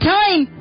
time